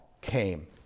came